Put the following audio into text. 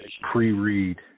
pre-read